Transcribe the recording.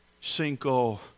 Cinco